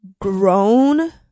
grown